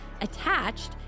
attached